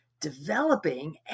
developing